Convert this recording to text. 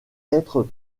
être